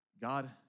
God